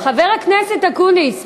חבר הכנסת אקוניס,